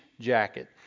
jacket